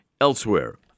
elsewhere